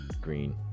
green